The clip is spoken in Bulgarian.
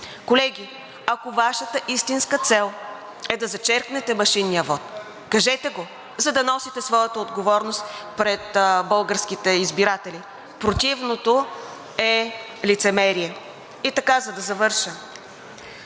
Колеги, ако Вашата истинска цел е да зачеркнете машинния вот, кажете го, за да носите своята отговорност пред българските избиратели. Противното е лицемерие. И така, за да завърша.